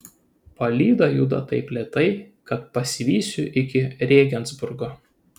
palyda juda taip lėtai kad pasivysiu iki rėgensburgo